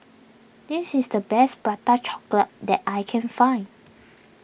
this is the best Prata Chocolate that I can find